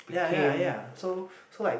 ya yeah yeah so so like